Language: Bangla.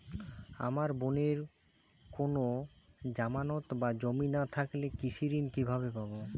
আমার বোনের কোন জামানত বা জমি না থাকলে কৃষি ঋণ কিভাবে পাবে?